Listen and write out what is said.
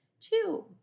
two